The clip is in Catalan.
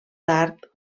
tard